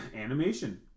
animation